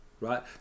right